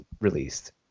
released